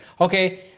Okay